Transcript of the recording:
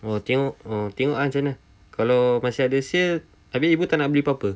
oh tengok oh tengok ah macam mana kalau masih ada sale tapi ibu tak nak beli apa-apa